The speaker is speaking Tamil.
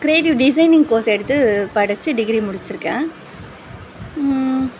க்ரியேட்டிவ் டிசைனிங் கோர்ஸ் எடுத்து படிச்சு டிகிரி முடிச்சிருக்கேன்